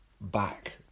back